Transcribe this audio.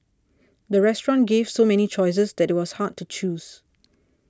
the restaurant gave so many choices that it was hard to choose